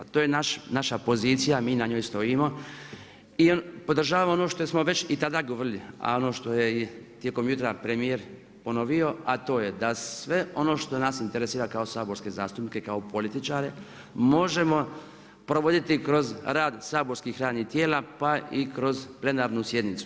To je naša pozicija, mi na njoj stojimo i on podržava ono što smo već i tada govorili, a ono što je i tijekom jutra premjer ponovio, a to je da sve ono što nas interesira kao saborske zastupnike, kao političare, možemo provoditi kroz rad saborskih radnih tijela, pa i kroz plenarnu sjednicu.